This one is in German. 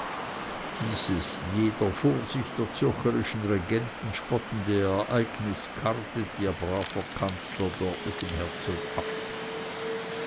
dieses jeder vorsicht der zürcherischen regenten spottende ereignis kartet ihr braver kanzler dort mit dem herzog ab